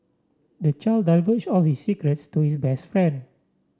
the child divulged all his secrets to his best friend